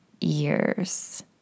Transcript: years